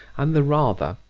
and the rather,